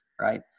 right